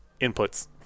inputs